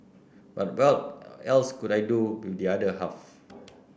but what else could I do with the other half